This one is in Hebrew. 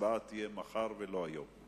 ההצבעה תהיה מחר, ולא היום.